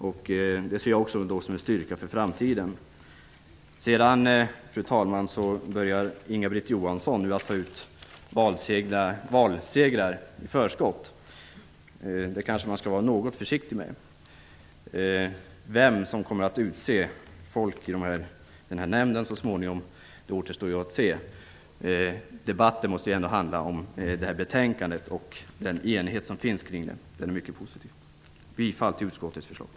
Detta ser jag också som en styrka för framtiden. Fru talman! Inga-Britt Johansson tar redan nu ut valsegrar. Men det skall man kanske vara något försiktig med. Vem som så småningom kommer att utse folk till den föreslagna nämnden återstår att se. Debatten måste ändå handla om föreliggande betänkande och den enighet som finns om detta och som är mycket positiv. Jag yrkar bifall till utskottets hemställan.